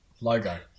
logo